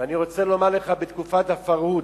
ואני רוצה לומר לך, בתקופת ה"פרהוד",